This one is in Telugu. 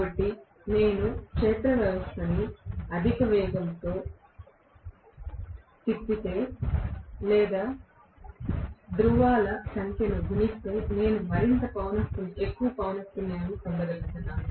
కాబట్టి నేను క్షేత్ర వ్యవస్థను అధిక వేగంతో తిప్పితే లేదా ధ్రువాల సంఖ్యను గుణిస్తే నేను మరింత ఎక్కువ పౌనఃపున్యాలను పొందగలుగుతాను